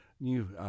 new